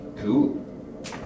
Cool